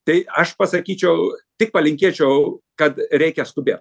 tai aš pasakyčiau tik palinkėčiau kad reikia skubėt